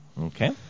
okay